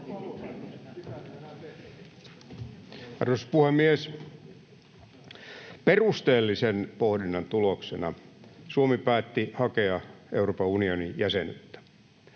Arvoisa puhemies! Perusteellisen pohdinnan tuloksena Suomi päätti hakea Euroopan unionin jäsenyyttä.